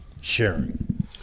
sharing